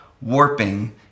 warping